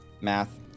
math